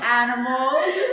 animals